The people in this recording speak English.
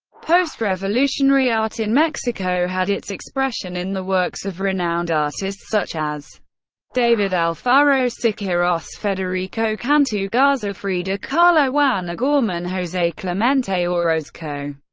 post-revolutionary art in mexico had its expression in the works of renowned artists such as david alfaro siqueiros, federico cantu garza, frida kahlo, juan o'gorman, jose clemente orozco,